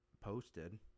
posted